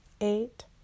eight